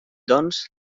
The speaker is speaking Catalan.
doncs